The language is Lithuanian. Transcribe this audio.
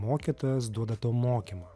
mokytojas duoda tą mokymą